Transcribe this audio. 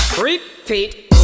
Repeat